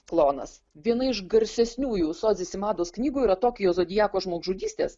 klonas viena iš garsesniųjų sodzi simados knygų yra tokijo zodiako žmogžudystės